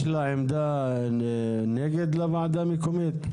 יש עמדת נגד לוועדה המקומית?